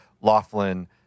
Laughlin